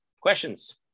Questions